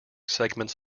segments